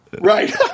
Right